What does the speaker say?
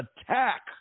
attack